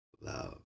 love